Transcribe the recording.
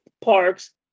parks